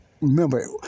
remember